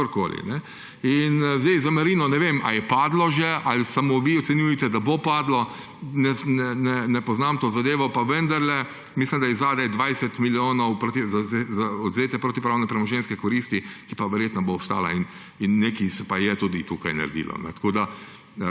kdorkoli. Za Marino ne vem, ali je padlo že ali samo vi ocenjujete, da bo padlo, ne poznam te zadeve, pa vendarle mislim, da je 20 milijonov odvzete protipravne premoženjske koristi in bo verjetno ostala, nekaj pa je tudi tukaj naredilo. Kar se